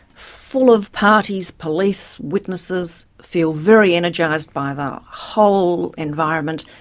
full of parties, police, witnesses, feel very energised by the whole environment,